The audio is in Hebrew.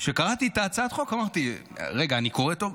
כשקראתי את הצעת חוק, אמרתי: רגע, אני קורא טוב?